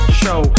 show